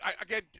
Again